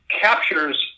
captures